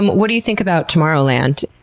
what do you think about tomorrowland?